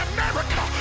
America